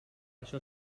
això